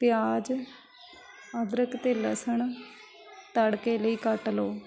ਪਿਆਜ ਅਦਰਕ ਅਤੇ ਲਸਣ ਤੜਕੇ ਲਈ ਕੱਟ ਲਓ